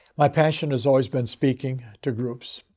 my passion has always been speaking to groups.